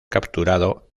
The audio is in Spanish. capturado